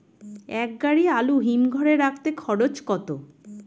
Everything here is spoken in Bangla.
এক গাড়ি আলু হিমঘরে রাখতে খরচ কত?